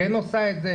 כן עושה את זה',